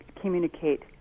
communicate